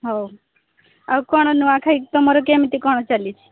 ହଉ ଆଉ କ'ଣ ନୂଆଖାଇ କି ତୁମର କେମିତି କ'ଣ ଚାଲିଛି